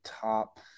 top